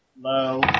low